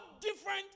different